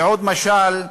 ועוד משל: